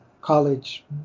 college